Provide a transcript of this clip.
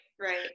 right